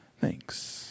Thanks